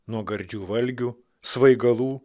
nuo gardžių valgių svaigalų